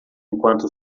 enquanto